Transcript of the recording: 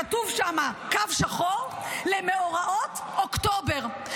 כתוב שם, קו שחור, במאורעות אוקטובר.